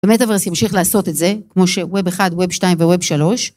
ו-metaverse ימשיך לעשות את זה, כמו ש-Web 1, Web 2 ו-Web 3.